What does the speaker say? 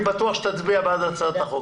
אני בטוח שתצביע בעד הצעת החוק,